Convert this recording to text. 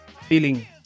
feeling